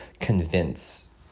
convince